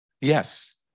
Yes